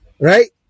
right